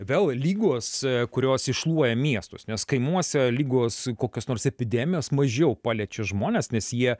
vėl ligos kurios iššluoja miestus nes kaimuose ligos kokios nors epidemijos mažiau paliečia žmones nes jie